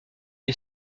est